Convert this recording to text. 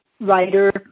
writer